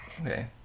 Okay